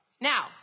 Now